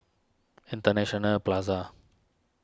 International Plaza